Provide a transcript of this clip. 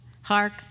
Hark